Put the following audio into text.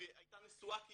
הייתה נשואה כיהודייה,